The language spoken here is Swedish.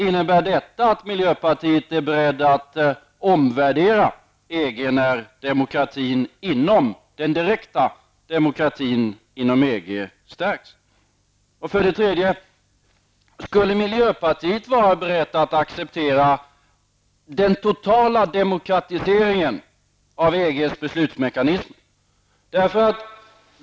Innebär detta att miljöpartiet är berett att omvärdera EG när den direkta demokratin inom EG stärks? Och för det tredje: Skulle miljöpartiet vara berett att acceptera den totala demokratiseringen av EGs beslutsmekanismer?